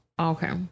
Okay